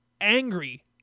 angry